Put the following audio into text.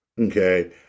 Okay